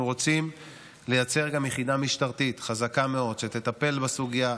אנחנו רוצים לייצר יחידה משטרתית חזקה מאוד שתטפל בסוגיה.